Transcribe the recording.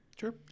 Sure